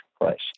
place